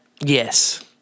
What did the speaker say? Yes